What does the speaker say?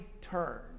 turn